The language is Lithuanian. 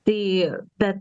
tai bet